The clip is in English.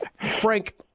Frank